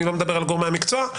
אני לא מדבר על גורמי המקצוע.